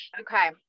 Okay